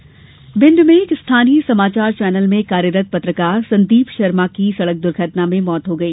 पत्रकार डेथ भिण्ड में एक स्थानिय समाचार चैनल में कार्यरत पत्रकार संदीप शर्मा की सड़क दर्घटना में मौत हो गई